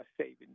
saving